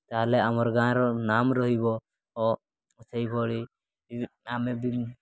ତା'ହେଲେ ଆମର ଗାଁର ନାମ ରହିବ ସେହିଭଳି ଆମେ